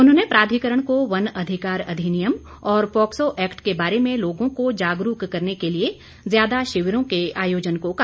उन्होंने प्राधिकरण को वन अधिकार अधिनियम और पोक्सो एक्ट के बारे में लोगों को जागरूक करने के लिए ज्यादा शिविरों के आयोजन को कहा